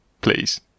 please